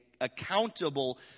accountable